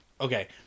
Okay